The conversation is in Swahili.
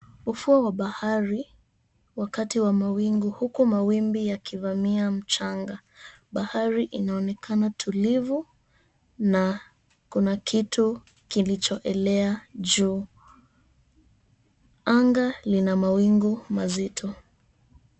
Ufuo wa bahari, wakati wa mawingu huku mawimbi yakivamia mchanga. Bahari inaonekana tulivu na kuna kitu kilicho elea juu. Anga lina mawingu mazito.